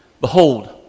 Behold